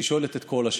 היא שואלת את כל השאלות.